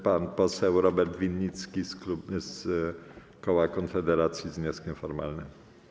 Pan poseł Robert Winnicki z koła Konfederacji z wnioskiem formalnym.